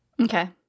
Okay